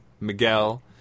miguel